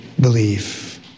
believe